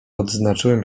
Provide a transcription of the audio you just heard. odznaczyłem